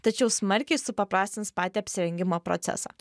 tačiau smarkiai supaprastins patį apsirengimo procesą